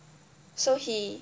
so he